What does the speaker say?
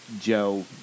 Joe